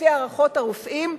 לפי הערכות הרופאים,